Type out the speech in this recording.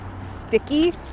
sticky